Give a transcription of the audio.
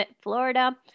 Florida